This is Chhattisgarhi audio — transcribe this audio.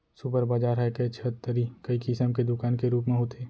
सुपर बजार ह एके छत तरी कई किसम के दुकान के रूप म होथे